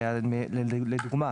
לדוגמה.